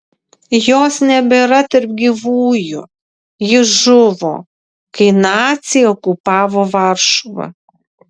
jos nebėra tarp gyvųjų ji žuvo kai naciai okupavo varšuvą